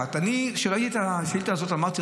כשראיתי את השאילתה הזאת שאלתי,